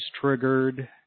triggered